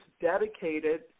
dedicated